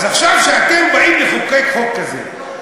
אז עכשיו כשאתם באים לחוקק חוק כזה,